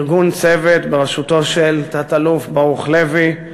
ארגון "צוות" בראשותו של תת-אלוף ברוך לוי,